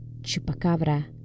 Chupacabra